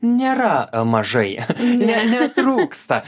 nėra mažai ne netrūksta